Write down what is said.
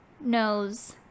nose